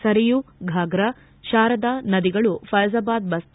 ಸರಯು ಫಾಗ್ರಾ ಶಾರದಾ ನದಿಗಳು ಫ್ಲೆಜಾಬಾದ್ ಬಸ್ತಿ